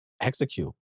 execute